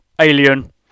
Alien